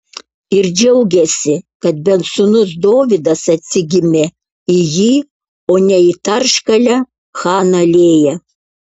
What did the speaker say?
ir džiaugėsi kad bent sūnus dovydas atsigimė į jį o ne į tarškalę chaną lėją